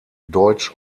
deutsch